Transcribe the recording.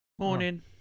Morning